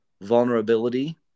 vulnerability